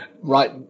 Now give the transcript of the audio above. right